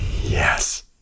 Yes